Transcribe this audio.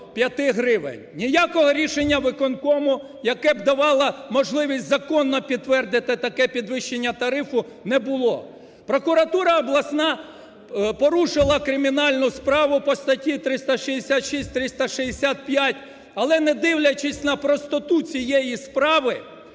Ніякого рішення виконкому, яке б давало можливість законно підтвердити таке підвищення тарифу, не було. Прокуратура обласна порушила кримінальну справу по статті 366, 365, але не дивлячись на простоту цієї справи,